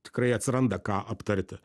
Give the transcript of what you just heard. tikrai atsiranda ką aptarti